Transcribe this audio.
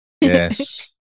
Yes